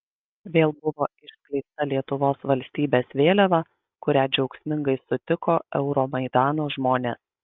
vėl buvo išskleista lietuvos valstybės vėliava kurią džiaugsmingai sutiko euromaidano žmonės